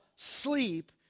Sleep